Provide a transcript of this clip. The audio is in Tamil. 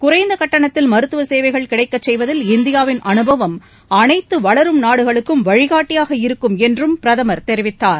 குறைந்த கட்டணத்தில் மருத்துவ சேவைகள் கிடைக்கச் செய்வதில் இந்தியாவின் அனுபவம் அனைத்து வளரும் நாடுகளுக்கும் வழிகாட்டியாக இருக்கும் என்றும் பிரதமர் தெரிவித்தார்